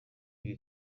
ibi